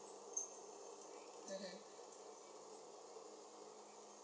mmhmm